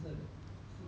okay